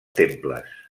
temples